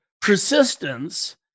persistence